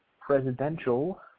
presidential